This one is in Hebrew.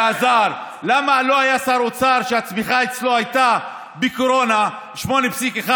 למה לא היה שר אוצר שהצמיחה אצלו הייתה בקורונה 8.1%,